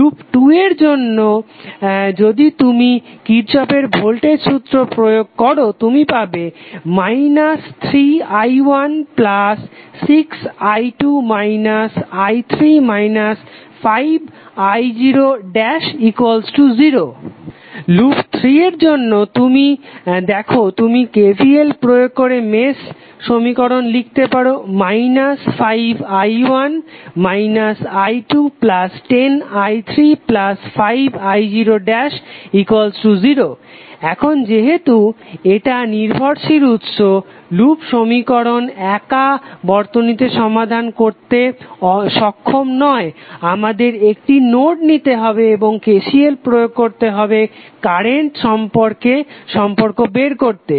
loop 2 এর জন্য যদি তুমি কিরর্শফের ভোল্টেজ সূত্র Kirchhoffs voltage law প্রয়োগ করো তুমি পাবে 3i16i2 i3 5i00 লুপ 3 এর জন্য যদি তুমি দেখো তুমি KVL প্রয়োগ করে মেশ সমীকরণ লিখতে পারো 5i1 i210i35i00 এখন যেহেতু এটা নির্ভরশীল উৎস লুপ সমীকরণ একা বর্তনী সমাধান করতে সক্ষম নয় আমাদের একটি নোড নিতে হবে এবং KCL প্রয়োগ করতে হবে কারেন্ট সম্পর্ক বের করতে